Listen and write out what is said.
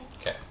Okay